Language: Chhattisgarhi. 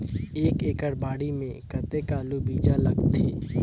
एक एकड़ बाड़ी मे कतेक आलू बीजा लगथे?